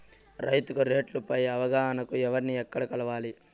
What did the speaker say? రైతుకు రేట్లు పై అవగాహనకు ఎవర్ని ఎక్కడ కలవాలి?